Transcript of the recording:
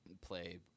play